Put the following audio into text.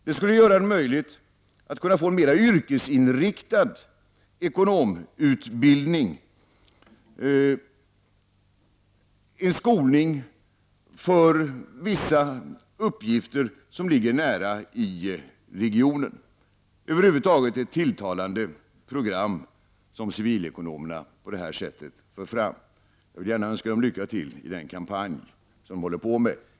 Det skulle göra det möjligt att få en mer yrkesinriktad ekonomutbildning, och en skolning för vissa uppgifter som ligger nära i regionen. Det är över huvud taget ett tilltalande program som civilekonomerna på detta sätt för fram. Jag vill gärna önska dem lycka till i den kampanj som de bedriver.